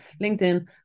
LinkedIn